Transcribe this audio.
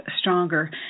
stronger